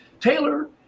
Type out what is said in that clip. Taylor